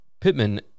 Pittman